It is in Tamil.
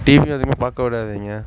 டிவி அதிகமாக பார்க்க விடாதீங்கள்